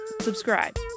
subscribe